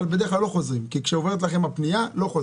אבל בדרך כלל לא חוזרים כי כשעוברת לכם הפנייה לא חוזרים.